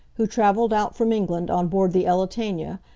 who travelled out from england on board the elletania,